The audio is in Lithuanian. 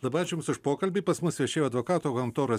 labai ačiū jums už pokalbį pas mus viešėjo advokatų kontoros